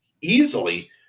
easily